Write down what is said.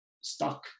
stuck